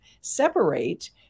separate